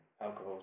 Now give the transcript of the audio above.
alcohol